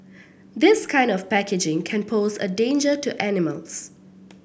this kind of packaging can pose a danger to animals